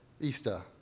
Easter